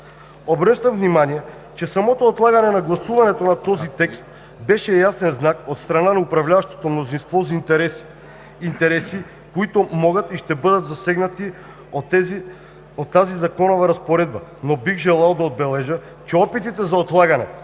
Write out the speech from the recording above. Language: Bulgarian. Обръщам внимание, че самото отлагане на гласуването на този текст беше ясен знак от страна на управляващото мнозинство за интереси, които могат и ще бъдат засегнати от тази законова разпоредба. Бих желал да отбележа, че опитите за отлагане